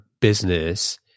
business